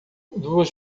duas